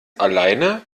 alleine